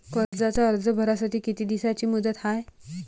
कर्जाचा अर्ज भरासाठी किती दिसाची मुदत हाय?